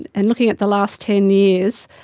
and looking at the last ten years,